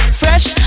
fresh